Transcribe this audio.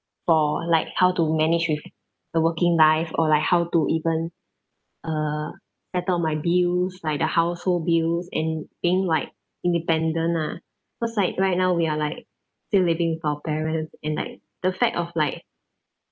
for like how to manage with the working life or like how to even uh settle my bills like the household bills and paying like independent ah cause like right now we are like still living with our parents and like the fact of like